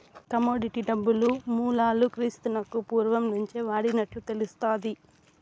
commodity డబ్బు మూలాలు క్రీస్తునకు పూర్వం నుంచే వాడినట్లు తెలుస్తాది